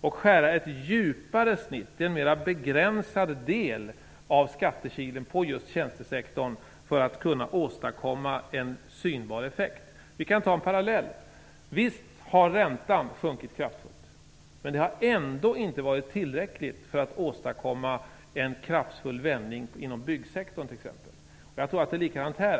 och skära ett djupare snitt i en mer begränsad del av skattekilen på just tjänstesektorn. Vi kan ta en parallell: Visst har räntan sjunkit kraftigt, men det har ändå inte varit tillräckligt för att åstadkomma en kraftfull vändning inom exempelvis byggsektorn. Jag tror att det är likadant här.